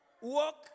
walk